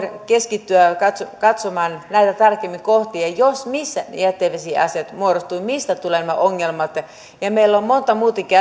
keskittyä katsomaan tarkemmin näitä kohtia missä ne jätevesiasiat muodostuvat mistä tulevat nämä ongelmat meillä on suomessa vielä monta muutakin